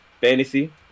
fantasy